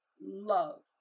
Love